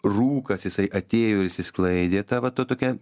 rūkas jisai atėjo ir išsisklaidė ta va ta tokia